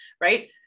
Right